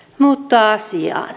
mutta asiaan